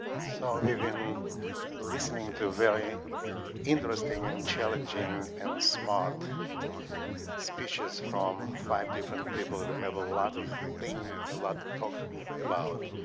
so you've been listening to very interesting and challenging and smart speeches from five different people who have a lot of thing a lot to talk about.